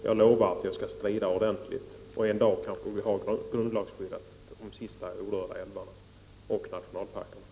Jag lovar att jag skall strida ordentligt, och en dag kanske vi har grundlagsskydd för de sista orörda älvarna och för nationalparkerna.